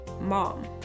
mom